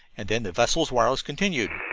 and then the vessel's wireless continued.